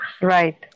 Right